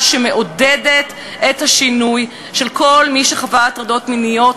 שמעודדת את השינוי אצל כל מי שחווה הטרדות מיניות,